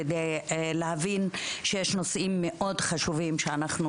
כדי להבין שיש נושאים מאוד חשובים שאנחנו,